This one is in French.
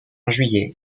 juillet